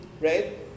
right